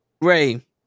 Ray